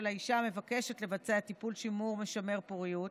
האישה המבקשת לבצע טיפול שימור משמר פוריות,